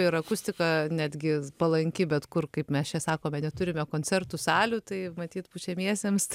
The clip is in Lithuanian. ir akustika netgi palanki bet kur kaip mes čia sakome neturime koncertų salių tai matyt pučiamiesiems